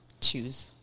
choose